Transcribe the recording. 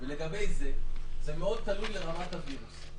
וזה מאוד תלוי ברמת הווירוס.